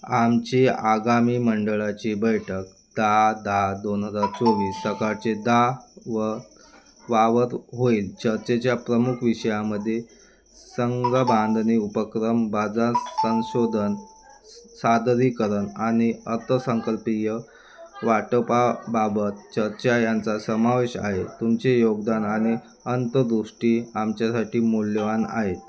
आमची आगामी मंडळाची बैठक दहा दहा दोन हजार चोवीस सकाळचे दहा व वा वर होईल चर्चेच्या प्रमुख विषयांमध्ये संघ संघबांधणी उपक्रम बाजार संशोधन सादरीकरण आणि अर्थसंकल्पीय वाटपाबाबत चर्चा यांचा समावेश आहे तुमचे योगदान आणि अंतदृष्टी आमच्यासाठी मूल्यवान आहेत